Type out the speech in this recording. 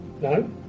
No